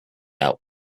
out